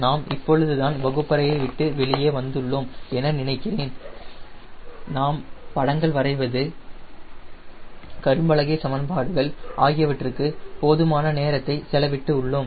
நாம் இப்பொழுது தான் வகுப்பறையை விட்டு வெளியே வந்துள்ளோம் என நினைக்கிறேன் நாம் படங்கள் வரைவது கரும்பலகை சமன்பாடுகள் ஆகியவற்றுக்கு போதுமான நேரத்தை செலவிட்டு உள்ளோம்